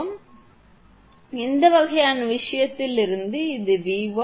𝑉3 இது போன்றது ஆனால் இந்த வகையான விஷயத்திற்கு இது 𝑉1